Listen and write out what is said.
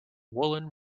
woolen